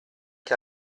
che